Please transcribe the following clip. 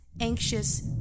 anxious